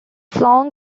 song